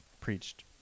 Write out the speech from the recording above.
preached